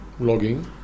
vlogging